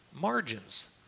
margins